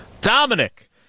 Dominic